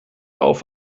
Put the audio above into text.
auf